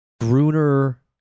Gruner